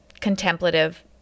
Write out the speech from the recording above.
contemplative